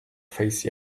face